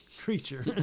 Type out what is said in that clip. creature